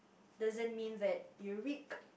doesn't mean that you're weak